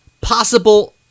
possible